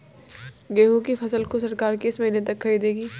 गेहूँ की फसल को सरकार किस महीने तक खरीदेगी?